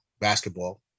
basketball